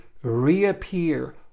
reappear